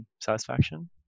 satisfaction